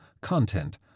content